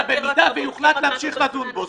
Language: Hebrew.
אמרת במידה ויוחלט להמשיך לדון בו,